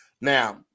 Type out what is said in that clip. Now